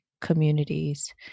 communities